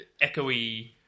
echoey